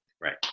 Right